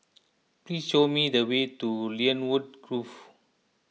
please show me the way to Lynwood Grove